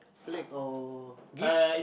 plaque or give